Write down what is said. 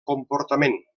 comportament